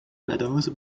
meadows